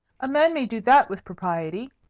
a man may do that with propriety,